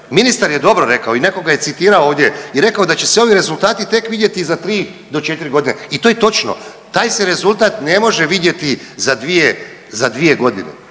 ministar je dobro rekao i netko ga je citirao ovdje i rekao da će se ovi rezultati tek vidjeti za 3 do 4 godine i to je točno. Taj se rezultat ne može vidjeti za 2, za 2 godine.